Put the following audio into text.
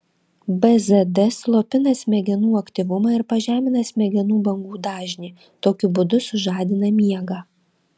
bzd slopina smegenų aktyvumą ir pažemina smegenų bangų dažnį tokiu būdu sužadina miegą